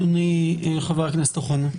חבר הכנסת אוחנה,